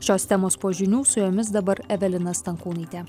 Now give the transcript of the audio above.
šios temos po žinių su jomis dabar evelina stankūnaitė